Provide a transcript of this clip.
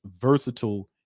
versatile